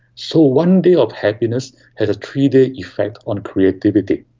so one day of happiness has a three-day effect on creativity.